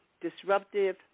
disruptive